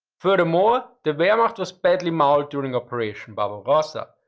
furthermore, the wehrmacht was badly mauled during operation barbarossa.